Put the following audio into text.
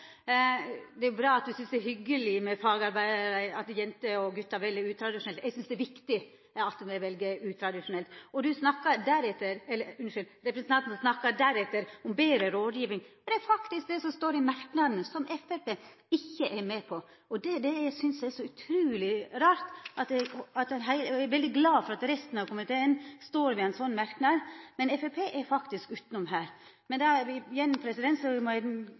Det er bra at ho synest det er hyggeleg at jenter og gutar vel utradisjonelt – eg synest det er viktig at dei vel utradisjonelt. Representanten snakka deretter om betre rådgiving. Det er faktisk det som står i merknaden, som Framstegspartiet ikkje er med på. Det synest eg er så utruleg rart. Eg er glad for at resten av komiteen står bak ein slik merknad, Framstegspartiet er faktisk ikkje med her. Eg vil igjen seia at det gler meg at i neste sak står alle partia saman om kjønnsnøytral verneplikt. Så får vi